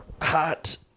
hot